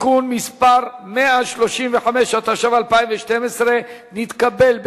(תיקון מס' 135), התשע"ב 2012, נתקבל.